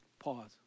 pause